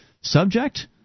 subject